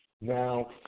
Now